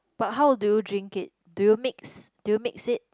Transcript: but how do you drink it do you mix do you mix it